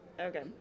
Okay